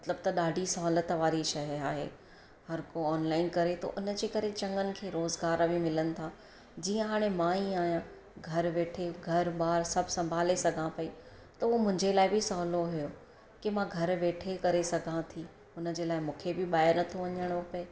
मतलबु त ॾाढी सहुलियत वारी शइ आहे हर को ऑनलाइन करे थो उनजे करे चङनि खे रोज़गार बि मिलनि था जीअं हाणे मां ई आहियां घर वेठे घरु ॿार सभु संभाले सघां पई त उहो मुंहिंजे लाइ बि सवलो हुयो की मां घर वेठे करे सघां थी उनजे लाइ मूंखे बि ॿाहिरि नथो वञिणो पए